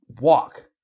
walk